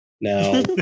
now